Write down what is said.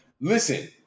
listen